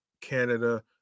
canada